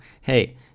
hey